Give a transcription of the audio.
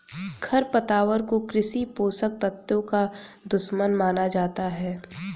खरपतवार को कृषि पोषक तत्वों का दुश्मन माना जाता है